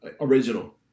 original